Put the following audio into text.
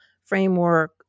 framework